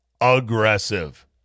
aggressive